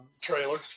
trailer